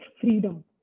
freedom